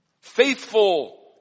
faithful